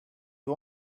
you